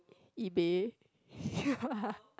eBay